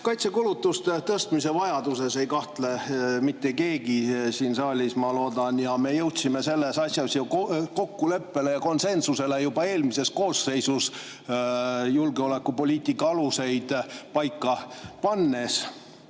Kaitsekulutuste tõstmise vajaduses ei kahtle mitte keegi siin saalis, ma loodan. Ja me jõudsime selles asjas ju kokkuleppele ja konsensusele juba eelmises koosseisus julgeolekupoliitika aluseid paika pannes.